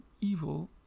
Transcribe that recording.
evil